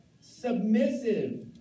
submissive